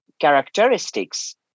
characteristics